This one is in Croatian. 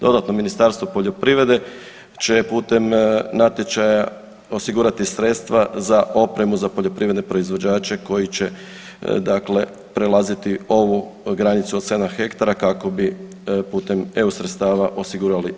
Dodatno, Ministarstvo poljoprivrede će putem natječaja osigurati sredstva za opremu za poljoprivredne proizvođače koji će dakle prelaziti ovu granicu od 7 hektara kako bi putem eu sredstava osigurali dodatnu opremu.